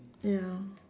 ya